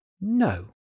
no